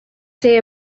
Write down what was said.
say